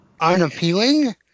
...unappealing